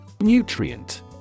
Nutrient